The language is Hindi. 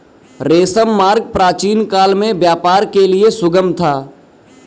रेशम मार्ग प्राचीनकाल में व्यापार के लिए सुगम था